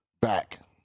Back